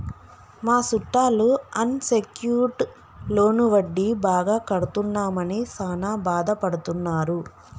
మా సుట్టాలు unsecured loan వడ్డీ బాగా కడుతున్నామని సాన బాదపడుతున్నారు